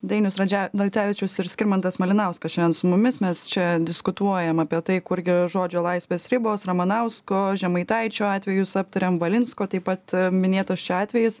dainius radže radzevičius ir skirmantas malinauskas šiandien su mumis mes čia diskutuojam apie tai kurgi žodžio laisvės ribos ramanausko žemaitaičio atvejus aptariam valinsko taip pat minėtas čia atvejis